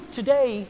today